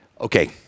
Okay